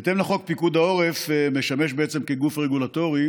בהתאם לחוק, פיקוד העורף משמש בעצם גוף רגולטורי